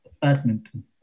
badminton